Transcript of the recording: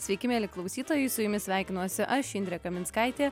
sveiki mieli klausytojai su jumis sveikinuosi aš indrė kaminskaitė